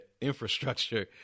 infrastructure